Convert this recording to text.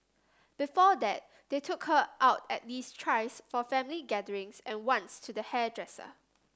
before that they took her out at least thrice for family gatherings and once to the hairdresser